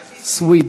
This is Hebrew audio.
סויד.